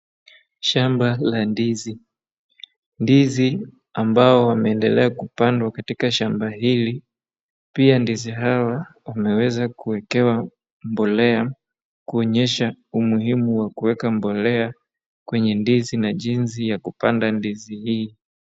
Shamba la ndizi. Ndizi ambao wameendelea kupandwa katika shamba hili, pia ndizi hawa, wameweza kuekewa mbolea, kuonyesha umuhimu wa kuweka mbolea kwenye ndizi na jinsi ya kupanda ndizi hii.